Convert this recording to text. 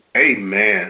Amen